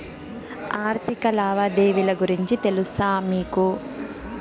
ఆర్థిక లావాదేవీల గురించి తెలుసా మీకు